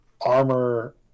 armor